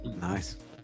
Nice